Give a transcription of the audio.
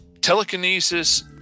telekinesis